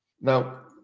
Now